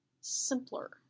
simpler